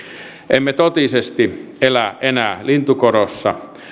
emme totisesti elä enää lintukodossa